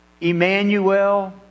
Emmanuel